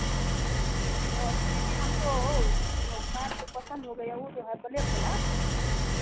और दीदी हमको ओ वो कार तो पसंद हो गई है वो जो है ब्लैक वाला